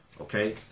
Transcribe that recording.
okay